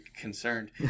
concerned